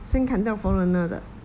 先砍掉 foreigner 的